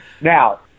Now